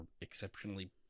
exceptionally